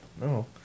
No